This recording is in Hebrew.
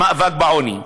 למאבק בעוני.